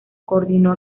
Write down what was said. coordinó